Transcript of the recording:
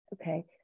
okay